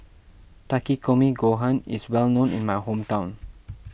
Takikomi Gohan is well known in my hometown